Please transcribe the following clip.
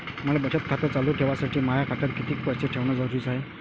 मले बचत खातं चालू ठेवासाठी माया खात्यात कितीक पैसे ठेवण जरुरीच हाय?